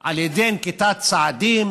על ידי נקיטת צעדים,